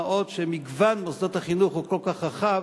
מה עוד שמגוון מוסדות החינוך הוא כל כך רחב,